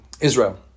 Israel